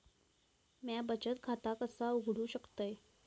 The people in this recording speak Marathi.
म्या बचत खाता कसा उघडू शकतय?